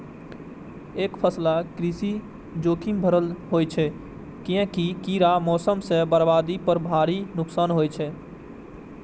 एकफसला कृषि जोखिम भरल होइ छै, कियैकि कीड़ा, मौसम सं बर्बादी पर भारी नुकसान होइ छै